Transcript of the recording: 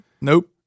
Nope